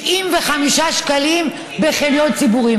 75 שקלים בחניון ציבורי,